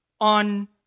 on